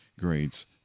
grades